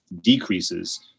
decreases